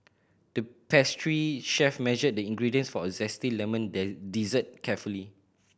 the pastry chef measured the ingredients for a zesty lemon dessert carefully